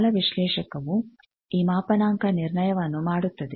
ಜಾಲ ವಿಶ್ಲೇಷಕವು ಈ ಮಾಪನಾಂಕ ನಿರ್ಣಯವನ್ನು ಮಾಡುತ್ತದೆ